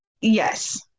Yes